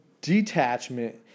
detachment